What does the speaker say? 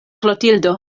klotildo